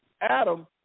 Adam